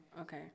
Okay